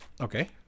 Okay